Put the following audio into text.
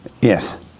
Yes